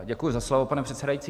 Děkuji za slovo, pane předsedající.